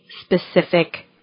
specific